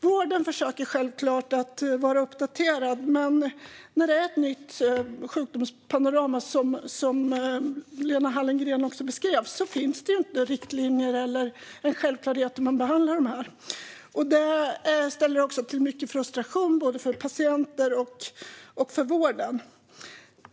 Vården försöker självklart att vara uppdaterad, men när ett nytt sjukdomspanorama uppstår finns det, som Lena Hallengren också beskrev, inga riktlinjer, och det är inte självklart hur man behandlar det. Det ställer till med mycket frustration både för patienter och för vården.